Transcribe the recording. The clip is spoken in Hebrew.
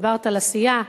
דיברת על עשייה,